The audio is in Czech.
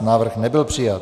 Návrh nebyl přijat.